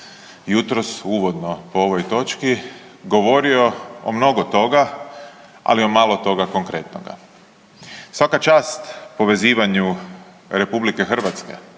jutros uvodno o ovoj točki govorio o mnogo toga, ali o malo toga konkretnoga. Svaka čast povezivanju RH i mislim